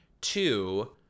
Two